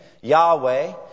Yahweh